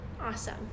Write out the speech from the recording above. Awesome